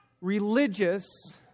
religious